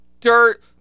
dirt